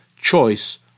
Choice